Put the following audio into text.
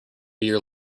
beer